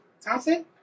Thompson